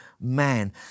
man